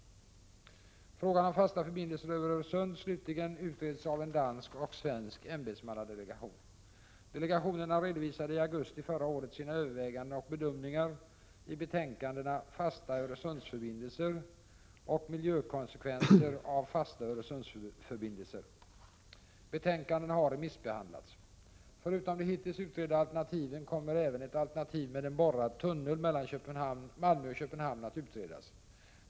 Frågan om fasta förbindelser över Öresund slutligen utreds av en dansk och en svensk ämbetsmannadelegation. Delegationerna redovisade i augusti förra året sina överväganden och bedömningar i betänkandena Fasta Öresundsförbindelser och Miljökonsekvenser av fasta Öresundsförbindelser . Betänkandena har remissbehandlats. Förutom de hittills utredda alternativen kommer även ett alternativ med en borrad tunnel mellan Malmö och Köpenhamn att utredas.